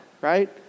right